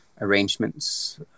arrangements